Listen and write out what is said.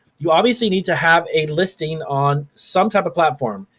you obviously need to have a listing on some type of platform.